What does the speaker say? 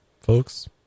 folks